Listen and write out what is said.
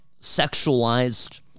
sexualized